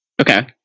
Okay